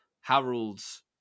Harold's